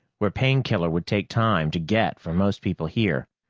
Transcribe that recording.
where painkiller would take time to get for most people here,